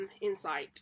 insight